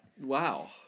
Wow